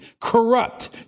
corrupt